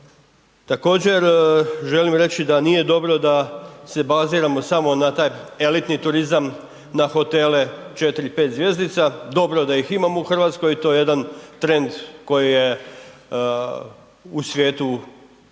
Također želim reći da nije dobro da se baziramo samo na taj elitni turizam, na hotele 4, 5 zvjezdica, dobro da ih imamo u Hrvatskoj i to je jedan trend koji je u svijetu